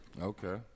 Okay